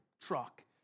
truck